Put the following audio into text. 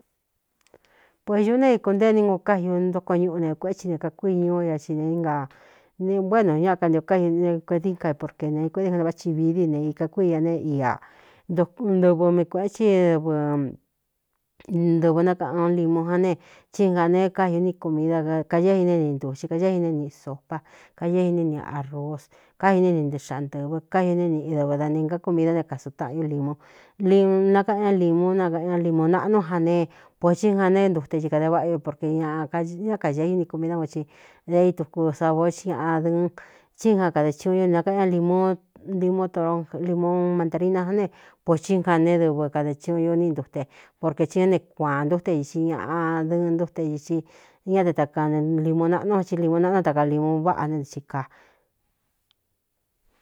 Puēñūú naíku nteeni nguun kái u ntóko ñuꞌu ne kuētsi ne kakuiñuú ña i ne na nevoꞌ é nonñaꞌa kantio kái ne kuediín ca i porke neikueꞌtɨ ane vá tsi vií di ne ikakui ña ne iā ntɨvɨ mii kuēꞌetsi dɨvɨntɨvɨ nákaꞌan óun limu ján ne cí njānēé kái u ni kumida kaéé iné ni ntu ci kaé iné niꞌ sopa kaéé iní ni ārus káji né ni ntɨxaꞌandɨ̄vɨ káji o né niꞌi dɨvɨ da nē gá ku midá né kasu taꞌanñú limu nakaꞌan ñá līmu nakaꞌan ña limu naꞌnú jan ne puētsí njan ne é ntute i kāde váꞌa o porke ñaꞌ ñá kaīē úni kumidá ku i de ítuku savā ó ci ñaꞌa dɨɨn tsí nga kade tiun ño ni nakaꞌan ñá lm limon mantarina ján ne puēthí njan ne dɨvɨ kade tsiuꞌun ño ní ntute porque tsi ɨn né kuāan ntúte ixi ñaꞌa dɨɨn ntúte ixi é ña te taka limu naꞌnu n cí limu naꞌnu tka limu váꞌā né nɨxi kaa.